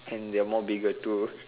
and they are more bigger too